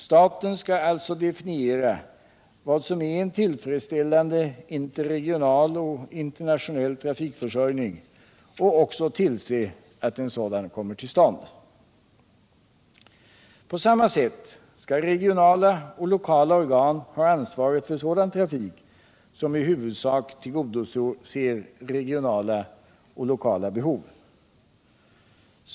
Staten skall alltså definiera vad som är en tillfredsställande internationell och interregional trafikförsörjning och också tillse att en sådan kommer till stånd. På samma sätt skall regionala och lokala organ ha ansvaret för sådan trafik som i huvudsak tillgodoser regionala och lokala behov.